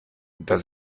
dass